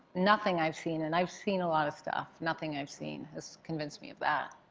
nothing i've seen and i've seen a lot of stuff nothing i've seen has convinced me of that.